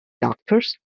doctors